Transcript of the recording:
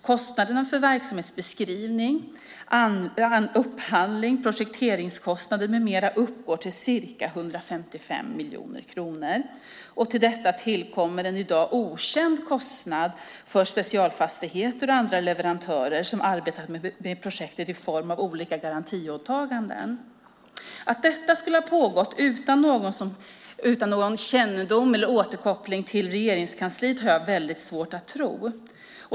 Kostnaderna för verksamhetsbeskrivning, upphandling, projektering med mera uppgår till ca 155 miljoner kronor. Till detta kommer en i dag okänd kostnad för Specialfastigheter och övriga leverantörer som arbetat med projektet i form av olika garantiåtaganden. Att detta skulle ha pågått utan någon kännedom om eller återkoppling till Regeringskansliet har jag mycket svårt att tro.